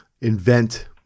invent